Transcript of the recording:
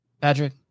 Patrick